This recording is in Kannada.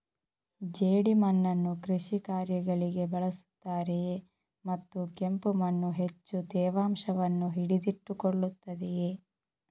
ಜೇಡಿಮಣ್ಣನ್ನು ಕೃಷಿ ಕಾರ್ಯಗಳಿಗೆ ಬಳಸುತ್ತಾರೆಯೇ ಮತ್ತು ಕೆಂಪು ಮಣ್ಣು ಹೆಚ್ಚು ತೇವಾಂಶವನ್ನು ಹಿಡಿದಿಟ್ಟುಕೊಳ್ಳುತ್ತದೆಯೇ?